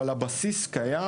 אבל הבסיס קיים.